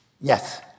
Yes